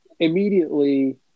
Immediately